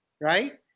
right